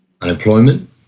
Unemployment